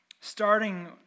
starting